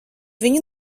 viņu